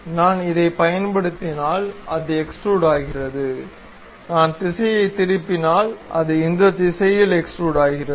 நான் இதைப் பயன்படுத்தினால் அது எக்ஸ்டுரூடாகிறது நான் திசையைத் திருப்பினால் அது இந்த திசையில் எக்ஸ்டுரூடாகிறது